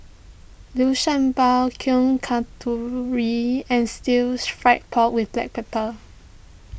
Liu Sha Bao Kuih Kasturi and Stir Fried Pork with Black Pepper